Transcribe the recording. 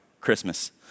Christmas